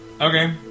Okay